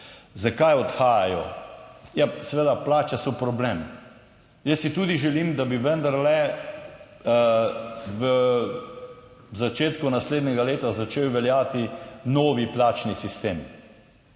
Zakaj odhajajo? Ja, seveda, plače so problem. Jaz si tudi želim, da bi vendarle v začetku naslednjega leta začel veljati novi plačni sistem,